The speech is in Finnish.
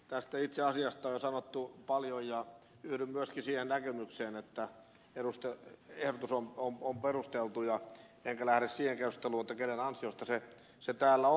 tästä itse asiasta on jo sanottu paljon ja yhdyn myöskin siihen näkemykseen että ehdotus on perusteltu enkä lähde siihen keskusteluun kenen ansiosta se täällä on